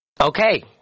Okay